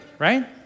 right